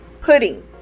pudding